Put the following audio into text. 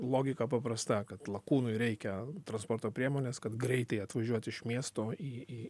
logika paprasta kad lakūnui reikia transporto priemonės kad greitai atvažiuot iš miesto į į